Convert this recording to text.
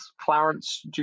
Clarence